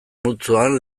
multzoan